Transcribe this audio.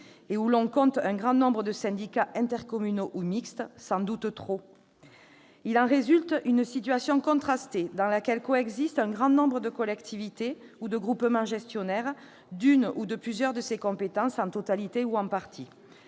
et où l'on compte un grand nombre de syndicats intercommunaux ou mixtes. Sans doute trop ! Il en résulte une situation contrastée dans laquelle coexistent un grand nombre de collectivités ou de groupements gestionnaires d'une ou de plusieurs de ces compétences, en totalité ou en partie.